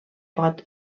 pot